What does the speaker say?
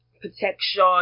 protection